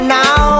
now